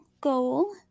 goal